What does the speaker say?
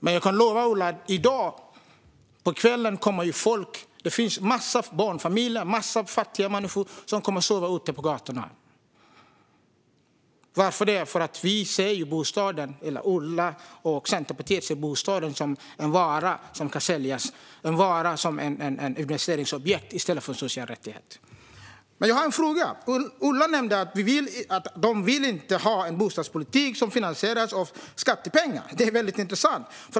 Men jag kan lova Ola att det finns massor av barnfamiljer, fattiga människor, som kommer att sova ute på gatorna i kväll. Varför det? Det är för att Ola och Centerpartiet ser bostaden som en vara som kan säljas - ett investeringsobjekt i stället för en social rättighet. Jag har en fråga. Ola nämnde att han inte vill ha en bostadspolitik som finansieras med skattepengar. Det är intressant.